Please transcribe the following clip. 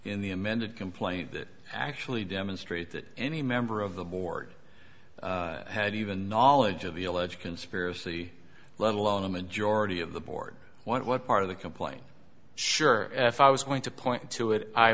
in the amended complaint that actually demonstrate that any member of the board had even knowledge of the alleged conspiracy let alone a majority of the board what part of the complaint sure if i was going to point to it i